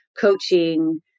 coaching